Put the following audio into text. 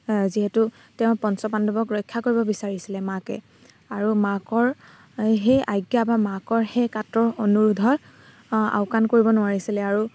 যিহেতু তেওঁ পঞ্চপাণ্ডৱক ৰক্ষা কৰিব বিচাৰিছিলে মাকে আৰু মাকৰ সেই আজ্ঞা বা মাকৰ সেই কাতৰ অনুৰোধৰ আওকাণ কৰিব নোৱাৰিছিলে আৰু